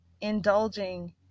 indulging